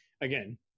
again